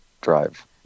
drive